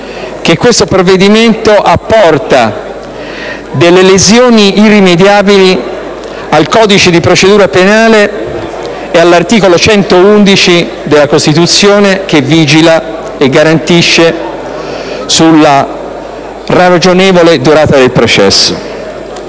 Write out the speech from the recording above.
che questo provvedimento apporta delle lesioni irrimediabili al codice di procedura penale e all'articolo 111 della Costituzione, che vigila sulla ragionevole durata del processo